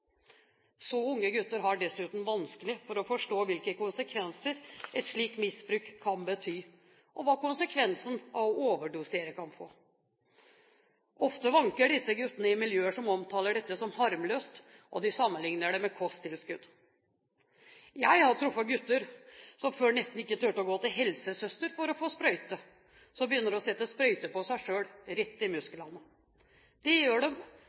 Så unge gutter har dessuten vanskelig for å forstå hvilke konsekvenser et slikt misbruk kan ha, og hva konsekvensen av å overdosere kan bli. Ofte vanker disse guttene i miljøer som omtaler dette som harmløst, og de sammenligner det med kosttilskudd. Jeg har truffet gutter som før nesten ikke turte å gå til helsesøster for å få sprøyte, som begynner å sette sprøyter på seg selv, rett i musklene. Det gjør